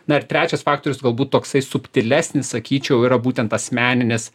na ir trečias faktorius galbūt toksai subtilesnis sakyčiau yra būtent asmeninis